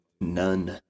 None